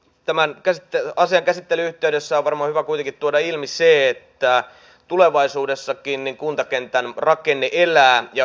tämän asian käsittelyn yhteydessä on varmaan hyvä kuitenkin tuoda ilmi se että tulevaisuudessakin kuntakentän rakenne elää ja hyvä niin